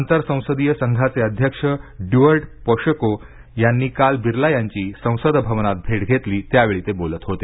आंतरसंसदीय संघाचे अध्यक्ष Duarte Pacheco यांनी काल बिर्ला यांची संसद भवनात भेट घेतली त्यावेळी ते बोलत होते